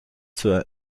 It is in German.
zur